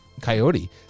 coyote